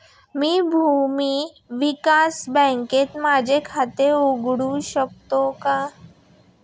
मी भूमी विकास बँकेत माझे खाते उघडू शकतो का?